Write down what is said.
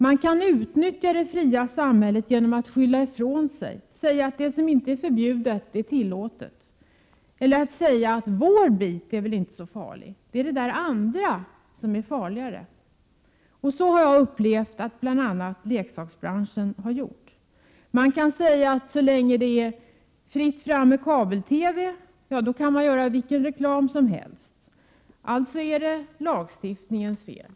Man kan utnyttja det fria samhället ” genom att skylla ifrån sig och säga att det som inte är förbjudet är tillåtet. Man kan också säga: Vår bit är väl inte så farlig, det är det andra som är farligt. Så har jag upplevt det att leksaksbranschen har resonerat. Det kan hävdas att så länge det är fritt fram för kabel-TV, kan man göra vilken reklam som helst. Det är alltså lagstiftningens fel.